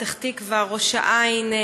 פתח תקווה, ראש העין,